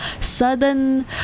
Sudden